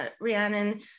Rhiannon